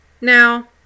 Now